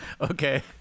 Okay